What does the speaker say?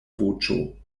voĉo